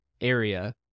area